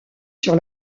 sur